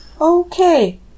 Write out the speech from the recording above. Okay